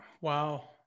wow